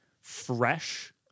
fresh